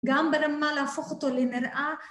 גם ברמה להפוך אותו לנראה